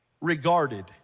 regarded